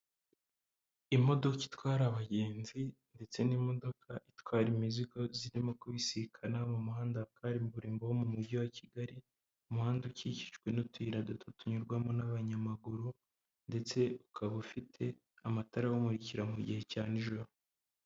Imodoka itwara abagenzi ndetse n'imodoka itwara imizigo, zirimo kubisikana mu muhanda wa karimburimbo wo mu mujyi wa Kigali umuhanda ukikijwe n'utuyira duto tunyurwamo n'abanyamaguru ndetse ukaba ufite amatara awumurikira mu gihe cya nijoro.